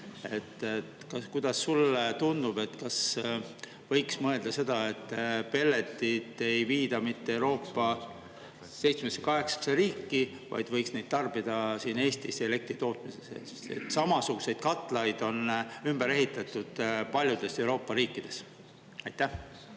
Kuidas sulle tundub, kas võiks mõelda seda, et pelleteid ei viida mitte Euroopa seitsmesse-kaheksasse riiki, vaid võiks neid tarbida siin Eestis elektri tootmises. Samasuguseid katlaid on ümber ehitatud paljudes Euroopa riikides. Aitäh